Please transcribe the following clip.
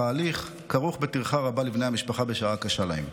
אך ההליך כרוך בטרחה רבה לבני המשפחה בשעה קשה להם.